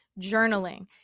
journaling